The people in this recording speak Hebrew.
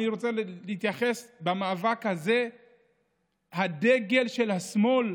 אני רוצה להתייחס במאבק הזה לדגל של השמאל,